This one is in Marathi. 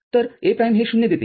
तर A प्राइमहे 0 देते